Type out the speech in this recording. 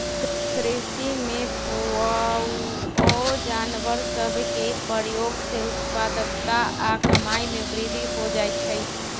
कृषि में पोअउऔ जानवर सभ के प्रयोग से उत्पादकता आऽ कमाइ में वृद्धि हो जाइ छइ